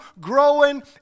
growing